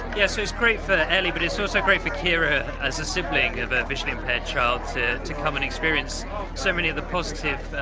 yeah, so it's great for ellie but it's also so so great for keira as a sibling of a visually impaired child, to to come and experience so many of the positive